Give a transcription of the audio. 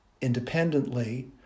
independently